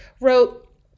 wrote